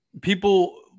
people